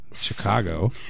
Chicago